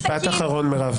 משפט אחרון, מירב.